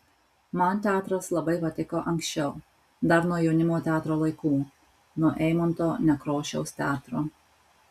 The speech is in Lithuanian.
man teatras labai patiko anksčiau dar nuo jaunimo teatro laikų nuo eimunto nekrošiaus teatro